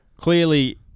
Clearly